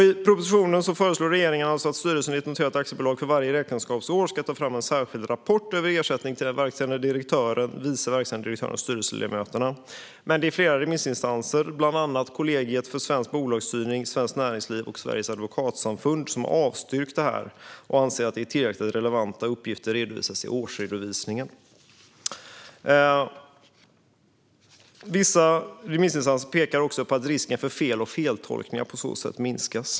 I propositionen föreslår regeringen alltså att styrelsen i ett noterat aktiebolag för varje räkenskapsår ska ta fram en särskild rapport över ersättning till verkställande direktören, vice verkställande direktören och styrelseledamöterna. Men det är flera remissinstanser, bland andra Kollegiet för svensk bolagsstyrning, Svenskt Näringsliv och Sveriges advokatsamfund som avstyrker förslaget och menar att det är tillräckligt att relevanta uppgifter redovisas i årsredovisningen. Vissa remissinstanser pekar också på att risken för fel och feltolkningar på så sätt minskas.